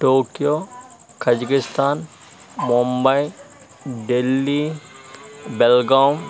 Tokyo Kazakhstan Mumbai Delhi Belgaum